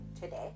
today